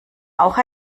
auch